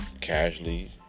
casually